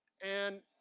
and